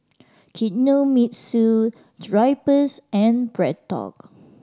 Kinohimitsu Drypers and BreadTalk